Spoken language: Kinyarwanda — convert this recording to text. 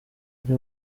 ari